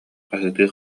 хаһыытыы